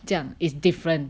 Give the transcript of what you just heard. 这样 it's different